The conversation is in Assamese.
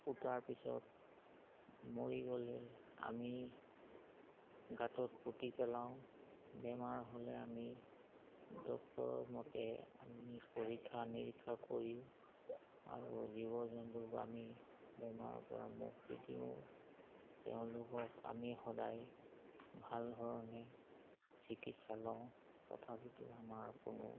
পোতাৰ পিছত মৰি গ'লে আমি গাঁতত পুতি পেলাওঁ বেমাৰ হ'লে আমি ডক্তৰৰ মতে আমি পৰীক্ষা নিৰীক্ষা কৰি আৰু জীৱ জন্তুক আমি বেমাৰৰপৰা মুক্তি দিওঁ তেওঁলোকক আমি সদায় ভালধৰণে চিকিৎসা লওঁ তথাপিতো আমাৰ কোনো